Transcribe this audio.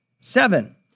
Seven